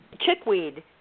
Chickweed